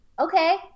okay